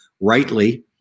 rightly